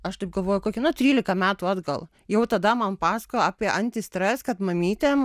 aš taip galvoju kokį na trylika metų atgal jau tada man pasakojo apie anti stres kad mamytėm